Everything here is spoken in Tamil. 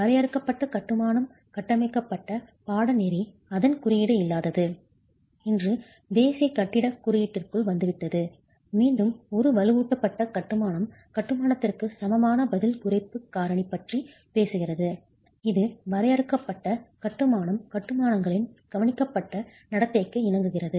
வரையறுக்கப்பட்ட கட்டுமானம் கட்டமைக்கப்பட்ட பாடநெறி அதன் குறியீடு இல்லாதது இன்று தேசிய கட்டிடக் குறியீட்டிற்குள் வந்துவிட்டது மீண்டும் ஒரு வலுவூட்டப்பட்ட கட்டுமானம் கட்டுமானத்திற்கு சமமான பதில் குறைப்பு காரணி பற்றி பேசுகிறது இது வரையறுக்கப்பட்ட கட்டுமானம் கட்டுமானங்களின் கவனிக்கப்பட்ட நடத்தைக்கு இணங்குகிறது